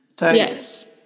Yes